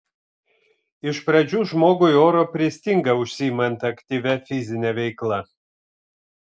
iš pradžių žmogui oro pristinga užsiimant aktyvia fizine veikla